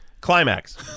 Climax